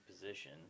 position